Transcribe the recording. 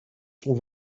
sont